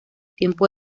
tiempo